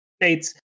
states